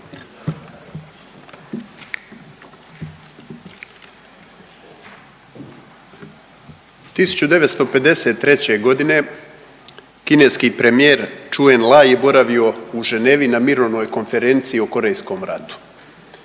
1953. godine kineski premijer Ču En-laj je boravio u Ženevi na mirovnoj konferenciji o korejskom ratu